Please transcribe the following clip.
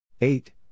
Eight